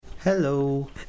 Hello